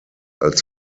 als